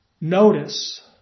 Notice